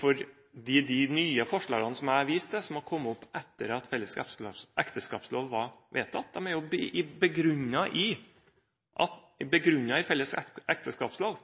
for de nye forslagene jeg viste til, som har kommet opp etter at felles ekteskapslov ble vedtatt, er begrunnet i felles ekteskapslov.